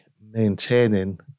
maintaining